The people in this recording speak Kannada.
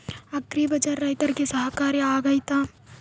ಅಗ್ರಿ ಬಜಾರ್ ರೈತರಿಗೆ ಸಹಕಾರಿ ಆಗ್ತೈತಾ?